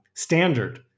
Standard